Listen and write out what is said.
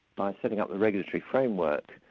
by setting up the regulatory framework,